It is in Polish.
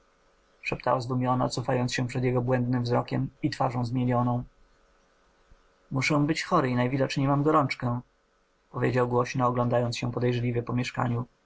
szeptała zdumiona cofając się przed jego błędnym wzrokiem i twarzą zmienioną muszę być chory i najwidoczniej mam gorączkę powiedział głośno oglądając się podejrzliwie po mieszkaniu